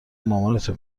مامانتو